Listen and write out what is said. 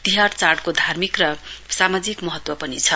तिहार चाड़को धार्मिक र सामाजिक महत्व पनि छ